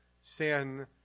sin